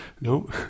No